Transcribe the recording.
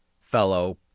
Fellow